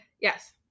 Yes